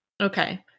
Okay